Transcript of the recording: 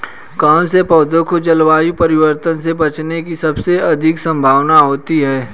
कौन से पौधे को जलवायु परिवर्तन से बचने की सबसे अधिक संभावना होती है?